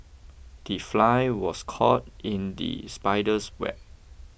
the fly was caught in the spider's web